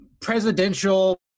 Presidential